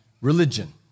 religion